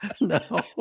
no